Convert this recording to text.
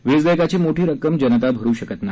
वीज देयकाची मोठी रक्कम जनता भरू शकत नाही